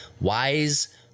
Wise